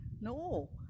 No